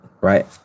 right